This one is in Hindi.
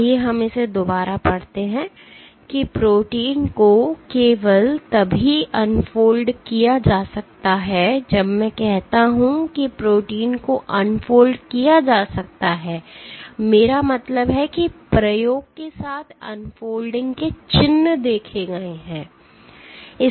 आइए हम इसे दोबारा पढ़ते हैं कि प्रोटीन को केवल तभी अनफोल्ड किया जा सकता है जब मैं कहता हूं कि प्रोटीन को अनफोल्ड किया जा सकता है मेरा मतलब है कि प्रयोग के साथ अनफोल्डिंग के चिन्ह देखे गए हैं